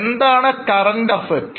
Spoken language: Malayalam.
എന്താണ് Current Assets